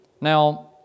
Now